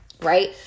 right